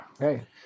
Okay